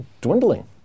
dwindling